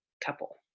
couple